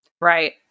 Right